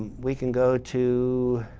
we can go to